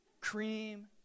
cream